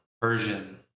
Persian